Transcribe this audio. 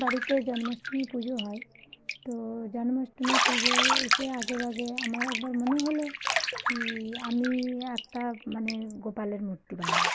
বাড়িতে জন্মাষ্টমী পুজো হয় তো জন্মাষ্টমী পুজো এসে আগেভাগে আমার একবার মনে হলো কী আমি একটা মানে গোপালের মূর্তি বানাই